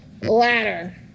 ladder